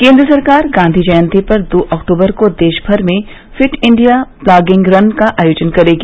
केन्द्र सरकार गांधी जयंती पर दो अक्टूबर को देशभर में फिट इंडिया प्लॉगिंग रन का आयोजन करेगी